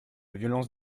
violence